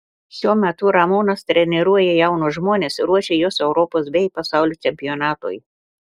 šiuo metu ramūnas treniruoja jaunus žmones ruošia juos europos bei pasaulio čempionatui